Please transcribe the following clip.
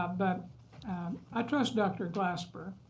ah but i trust dr. glasper.